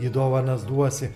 į dovanas duosi